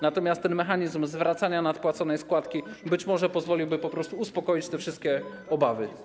Natomiast ten mechanizm zwracania nadpłaconej składki być może pozwoliłby po prostu uspokoić te wszystkie obawy.